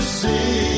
see